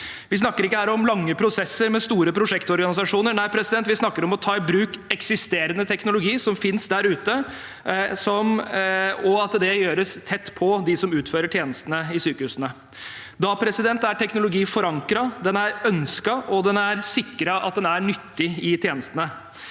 Vi snakker ikke om lange prosesser med store prosjektorganisasjoner. Nei, vi snakker om å ta i bruk eksisterende teknologi som finnes der ute, og at det gjøres tett på dem som utfører tjenestene i sykehusene. Da er teknologi forankret, den er ønsket, og det er sikret at den er nyttig i tjenestene.